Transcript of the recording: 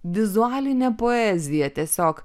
vizualinė poezija tiesiog